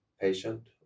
patient